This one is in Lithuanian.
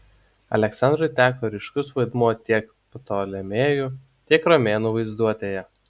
aleksandrui teko ryškus vaidmuo tiek ptolemėjų tiek romėnų vaizduotėje